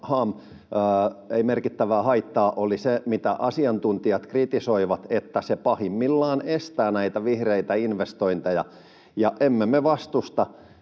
’ei merkittävää haittaa’, oli se, mitä asiantuntijat kritisoivat, sitä, että se pahimmillaan estää näitä vihreitä investointeja. Ja emme me vastusta